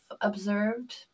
observed